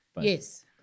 Yes